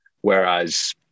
Whereas